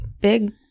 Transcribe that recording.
big